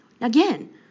Again